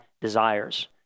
desires